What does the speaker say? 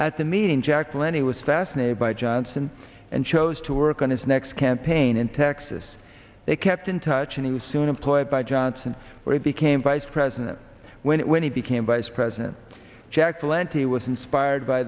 at the meeting jack valenti was fascinated by johnson and chose to work on his next campaign in texas they kept in touch and he was soon employed by johnson where he became vice president when it when he became vice president jack valenti was inspired by